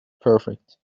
perfect